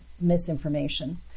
misinformation